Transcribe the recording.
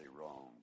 wrong